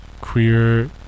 queer